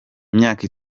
imyaka